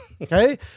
Okay